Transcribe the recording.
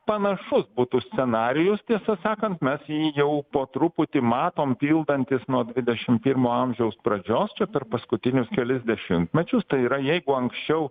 panašus būtų scenarijus tiesą sakant mes jį jau po truputį matom pildantis nuo dvidešim pirmo amžiaus pradžios čia per paskutinius kelis dešimtmečius tai yra jeigu anksčiau